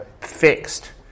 fixed